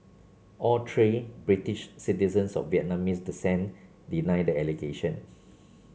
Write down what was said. all three British citizens of Vietnamese descent deny the allegations